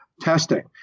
testing